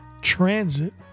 Transit